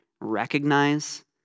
recognize